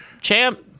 Champ